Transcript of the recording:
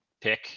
pick